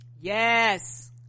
yes